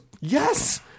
Yes